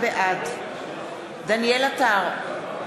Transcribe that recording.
בעד דניאל עטר,